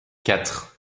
quatre